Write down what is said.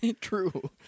True